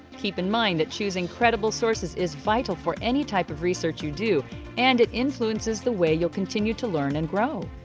keep in mind that choosing credible sources is vital for any type of research you do and it influences the way you will continue to learn and grow.